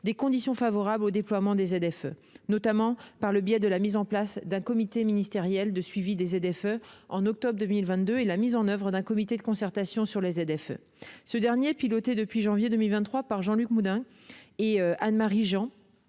des conditions favorables au déploiement des ZFE, notamment par le biais de la mise en place d'un comité ministériel de suivi des ZFE en octobre 2022 et la mise en oeuvre d'un comité de concertation sur les ZFE. Ce dernier, piloté depuis janvier 2023 par Jean-Luc Moudenc et Anne-Marie Jean,